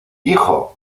hijo